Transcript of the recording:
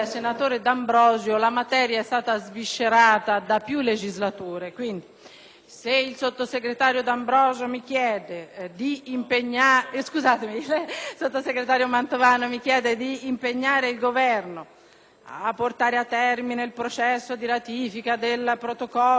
Se il sottosegretario Mantovano mi chiede di impegnare il Governo a portare a termine il processo di ratifica del protocollo opzionale alla Convenzione delle Nazioni Unite contro la tortura